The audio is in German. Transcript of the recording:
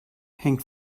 hängt